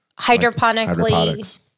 Hydroponically